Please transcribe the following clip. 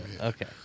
Okay